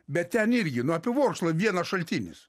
bet ten irgi nu apie vorslą vienas šaltinis